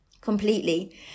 Completely